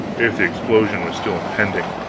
if the explosion was still impending.